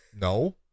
no